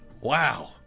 Wow